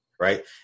Right